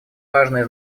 важное